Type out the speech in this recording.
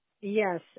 Yes